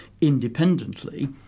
independently